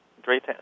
Great